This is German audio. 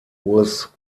urs